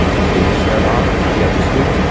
so you start off you have two,